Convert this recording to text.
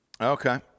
Okay